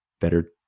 better